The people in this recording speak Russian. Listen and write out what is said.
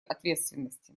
ответственности